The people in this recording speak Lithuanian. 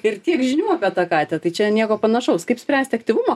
ir tiek žinių apie tą katę tai čia nieko panašaus kaip spręsti aktyvumą